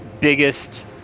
biggest